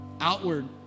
Outward